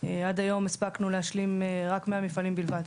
עד היום הספקנו להשלים רק 100 מפעלים בלבד.